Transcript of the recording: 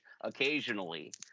occasionally